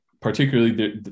Particularly